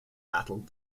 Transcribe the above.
battled